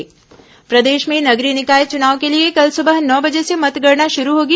निकाय चुनाव मतगणना प्रदेश में नगरीय निकाय चुनाव के लिए कल सुबह नौ बजे से मतगणना शुरू होगी